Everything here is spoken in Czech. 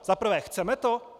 Za prvé, chceme to?